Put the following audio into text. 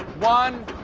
one,